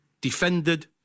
defended